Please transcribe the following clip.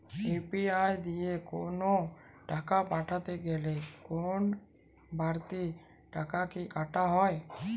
UPI দিয়ে কোন টাকা পাঠাতে গেলে কোন বারতি টাকা কি কাটা হয়?